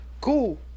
cool